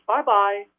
Bye-bye